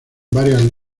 varias